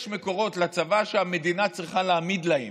יש מקורות לצבא שהמדינה צריכה להעמיד להם.